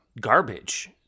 garbage